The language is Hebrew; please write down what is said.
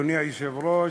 אדוני היושב-ראש,